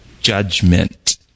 judgment